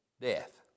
death